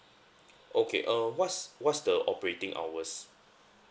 okay uh what's what's the operating hours